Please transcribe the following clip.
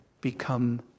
become